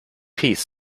piece